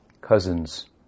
cousins